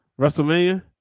WrestleMania